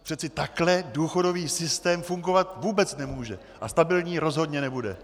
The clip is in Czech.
Přeci takhle důchodový systém fungovat vůbec nemůže a stabilní rozhodně nebude.